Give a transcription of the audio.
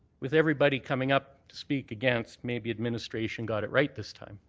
with everybody coming up to speak against, maybe administration got it right this time.